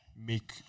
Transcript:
Make